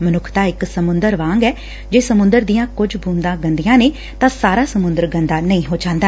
ਮਨੱਖਤਾ ਇਕ ਸਮੁੰਦਰ ਵਾਂਗ ਐ ਜੇ ਸਮੁੰਦਰ ਦੀਆਂ ਕੁਝ ਬੂੰਦਾਂ ਗੰਦੀਆਂ ਨੇ ਤਾਂ ਸਾਰ ਸਮੁੰਦਰ ਗੰਦਾ ਨਹੀਂ ਹੋ ਜਾਂਦਾ